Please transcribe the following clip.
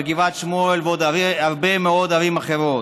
בגבעת שמואל ובעוד הרבה מאוד ערים אחרות.